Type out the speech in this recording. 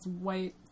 white